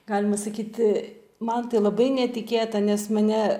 galima sakyti man tai labai netikėta nes mane